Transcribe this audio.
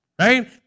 right